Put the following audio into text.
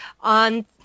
on